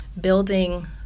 building